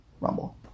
Rumble